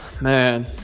man